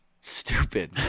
Stupid